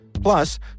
Plus